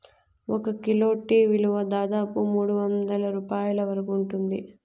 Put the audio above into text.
ఒక kilo tea విలువ దాదాపు మూడువందల రూపాయల వరకు ఉంటుంది